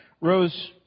rose